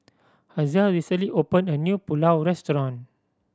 Hazelle recently opened a new Pulao Restaurant